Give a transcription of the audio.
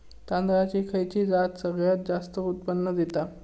तांदळाची खयची जात सगळयात जास्त उत्पन्न दिता?